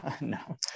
No